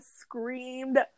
screamed